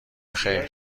خیر